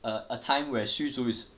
a time where 虚竹 is